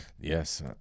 Yes